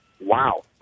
Wow